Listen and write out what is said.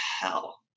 hell